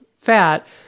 fat